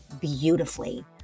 beautifully